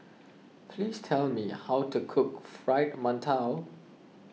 please tell me how to cook Fried Mantou